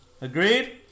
agreed